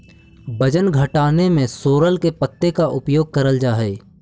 वजन घटाने में सोरल के पत्ते का उपयोग करल जा हई?